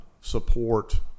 support